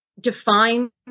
define